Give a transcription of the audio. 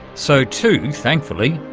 so too, thankfully,